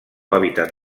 hàbitat